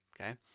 Okay